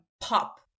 pop